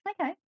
Okay